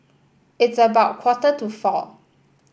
its about quarter to four